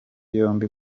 yombi